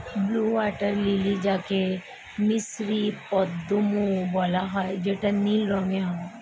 blue water lily যাকে মিসরীয় পদ্মও বলা হয় যেটা নীল রঙের হয়